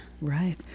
right